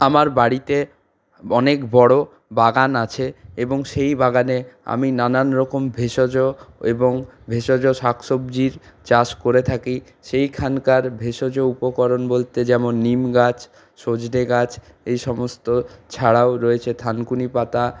আমার বাড়িতে অনেক বড়ো বাগান আছে এবং সেই বাগানে আমি নানান রকম ভেষজ এবং ভেষজ শাকসবজির চাষ করে থাকি সেইখানকার ভেষজ উপকরণ বলতে যেমন নিম গাছ সজনে গাছ এই সমস্ত ছাড়াও রয়েছে থানকুনি পাতা